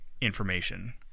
information